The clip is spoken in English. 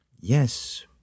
Yes